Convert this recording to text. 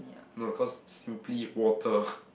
no because simply water